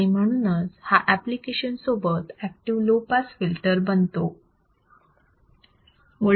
आणि म्हणूनच हा एप्लीकेशन सोबत ऍक्टिव्ह लो पास फिल्टर बनतो